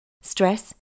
stress